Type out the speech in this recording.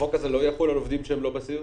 החוק הזה לא יחול על עובדים שהם לא בסיעוד?